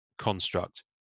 construct